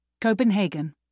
Copenhagen